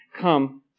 come